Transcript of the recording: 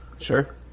Sure